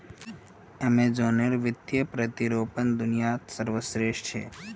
अमेज़नेर वित्तीय प्रतिरूपण दुनियात सर्वश्रेष्ठ छेक